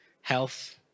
health